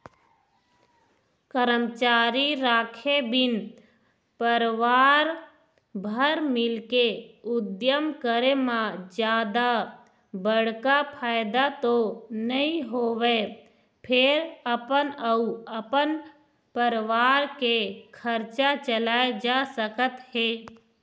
करमचारी राखे बिन परवार भर मिलके उद्यम करे म जादा बड़का फायदा तो नइ होवय फेर अपन अउ अपन परवार के खरचा चलाए जा सकत हे